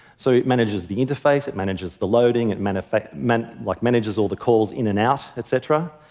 so it manages the interface, it manages the loading, it manages i mean like manages all the calls in and out, et cetera.